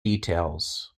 details